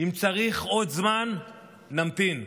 אם צריך עוד זמן, נמתין.